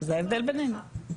זה ההבדל בינינו.